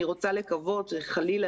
אני רוצה לקוות חלילה,